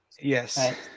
Yes